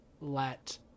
let